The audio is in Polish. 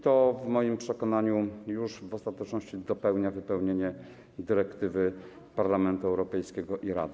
To w moim przekonaniu już w ostateczności dopełnia implementowanie dyrektywy Parlamentu Europejskiego i Rady.